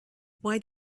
why